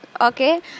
Okay